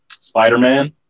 Spider-Man